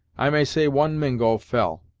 i may say one mingo fell.